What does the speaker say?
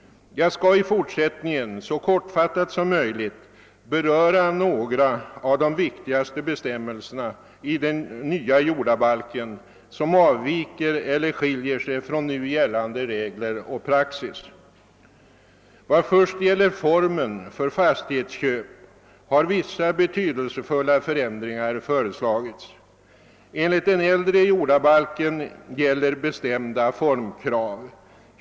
Jag skall i fortsättningen så kortfattat som möjligt beröra några av de viktigaste bestämmelser i den nya jordabaP.en som avviker från nu gällan de regler och praxis. I vad först gäller formen för fastighetsköp har vissa betydelsefulla förändringar föreslagits. Inligt den äldre jordabalken gäller bestämda formkrav.